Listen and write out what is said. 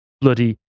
bloody